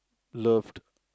loved